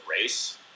race